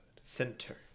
Center